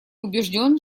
убежден